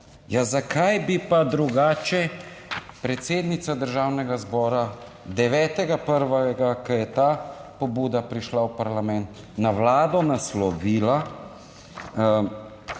(nadaljevanje) predsednica Državnega zbora 9. 1., ko je ta pobuda prišla v parlament, na Vlado naslovila,